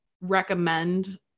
recommend